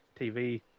TV